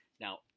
Now